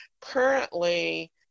currently